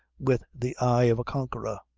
with the eye of a conqueror.